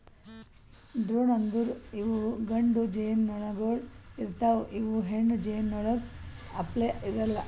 drone ಅಂದುರ್ ಇವು ಗಂಡು ಜೇನುನೊಣಗೊಳ್ ಇರ್ತಾವ್ ಇವು ಹೆಣ್ಣು ಜೇನುನೊಣಗೊಳ್ ಅಪ್ಲೇ ಇರಲ್ಲಾ